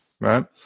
right